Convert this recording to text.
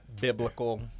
biblical